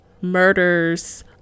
murders